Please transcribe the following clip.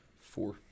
Four